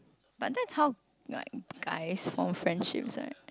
but that is how like guys from friendship right